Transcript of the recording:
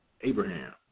Abraham